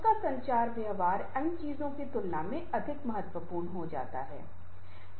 उसका संचार व्यवहार अन्य चीजों की तुलना में अधिक महत्वपूर्ण हो जाता है